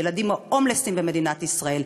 הילדים ההומלסים במדינת ישראל.